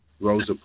Rosa